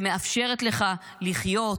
שמאפשרת לך לחיות,